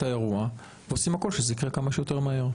האירוע ועושים הכול כדי שזה יקרה כמה שיותר מהר.